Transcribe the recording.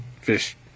fish